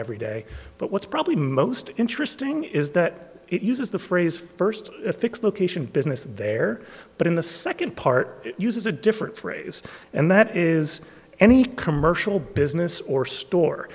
every day but what's probably most interesting is that it uses the phrase first fixed location business there but in the second part uses a different phrase and that is any commercial business or store